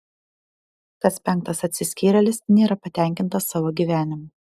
kas penktas atsiskyrėlis nėra patenkintas savo gyvenimu